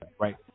right